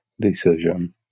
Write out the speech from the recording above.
decision